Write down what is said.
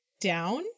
down